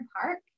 Park